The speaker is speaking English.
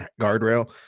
guardrail